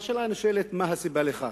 והשאלה הנשאלת היא: מה הסיבה לכך?